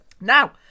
Now